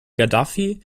gaddafi